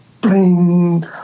bling